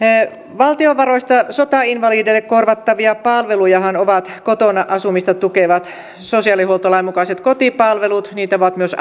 valtion varoista sotainvalideille korvattavia palvelujahan ovat kotona asumista tukevat sosiaalihuoltolain mukaiset kotipalvelut niitä ovat myös